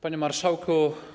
Panie Marszałku!